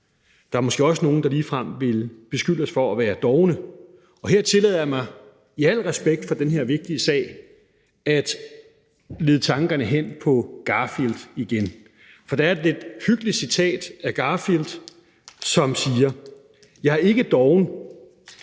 Der er måske også nogle, der ligefrem ville beskylde os for at være dovne. Og her tillader jeg mig, i al respekt for den her vigtige sag, at lede tankerne hen på Garfield igen, for der er et lidt hyggeligt citat af Garfield, som siger: Jeg er ikke doven,